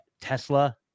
Tesla